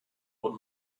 und